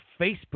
Facebook